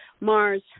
mars